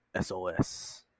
SOS